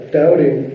doubting